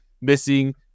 missing